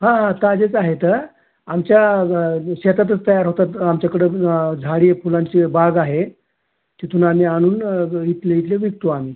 हां हां ताजेच आहेत आमच्या शेतातच तयार होतात आमच्याकडं झाडी आहे फुलांची बाग आहे तिथून आम्ही आणून इथले इथले विकतो आम्ही